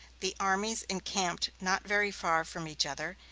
the armies encamped not very far from each other,